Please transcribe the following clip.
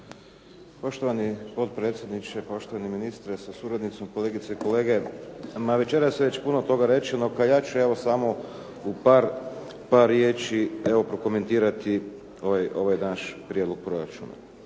Poštovani potpredsjedniče, poštovani ministre sa suradnicom, kolegice i kolege. Ma večeras je već puno toga rečeno, a ja ću evo samo u par riječi evo prokomentirati ovaj naš prijedlog proračuna.